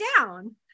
down